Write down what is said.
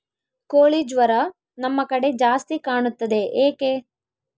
ಕೋಳಿ ಜ್ವರ ನಮ್ಮ ಕಡೆ ಜಾಸ್ತಿ ಕಾಣುತ್ತದೆ ಏಕೆ?